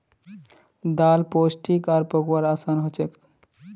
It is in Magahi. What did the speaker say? दाल पोष्टिक आर पकव्वार असान हछेक